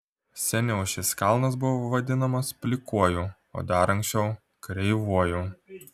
seniau šis kalnas buvo vadinamas plikuoju o dar anksčiau kreivuoju